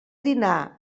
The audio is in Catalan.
dinar